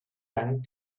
young